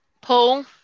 Paul